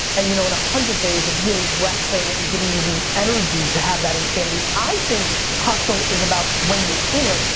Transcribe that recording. and you know and a hundred days of really resting and giving you the energy to have that insanity. i think hustle is about when you're in it,